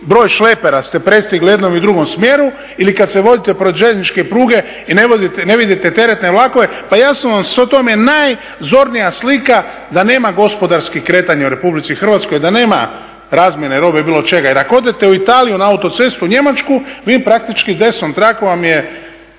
broj šlepera ste prestigli u jednom i drugom smjeru ili kad se vozite pored željezničke pruge i ne vidite teretne vlakove, pa jasno vam je, to vam je najzornija slika da nema gospodarskih kretanja u Republici Hrvatskoj i da nema razmjene robe i bilo čega. Jer ako odete u Italiju na autocestu, u Njemačku vi praktički desnom trakom vam je